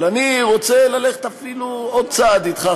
אבל אני רוצה ללכת אפילו עוד צעד אתך,